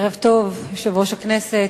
ערב טוב, יושב-ראש הכנסת,